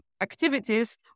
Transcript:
activities